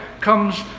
comes